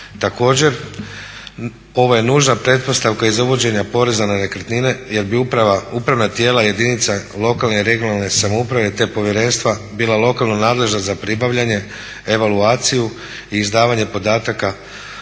Također ovo je nužna pretpostavka iz uvođenja poreza na nekretnine jer bi upravna tijela jedinica lokalne, regionalne samouprave te povjerenstva bila lokalno nadležna za pribavljanje evaluaciju i izdavanje podataka